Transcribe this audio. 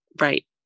Right